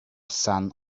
son